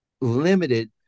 limited